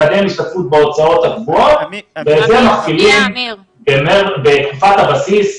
מקדם השתתפות בהוצאות הגבוהות - ואת זה מכפילים בתקופת הבסיס,